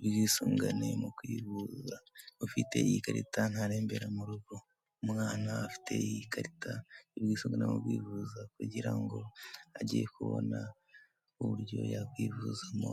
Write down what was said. y'ubwisungane mu kwivuza, ufite iyi karita ntarembere mu rugo. Umwana afite iyi karita y'ubwisungane mu kwivuza kugira ngo ajye kubona uburyo yakwivuzamo.